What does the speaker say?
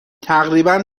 تقریبا